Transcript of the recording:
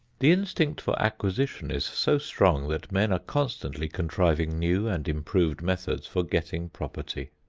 the instinct for acquisition is so strong that men are constantly contriving new and improved methods for getting property.